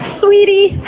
sweetie